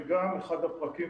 וגם אחד הפרקים,